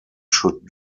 should